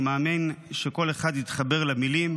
אני מאמין שכל אחד יתחבר למילים: